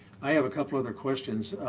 i have a couple other questions.